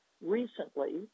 recently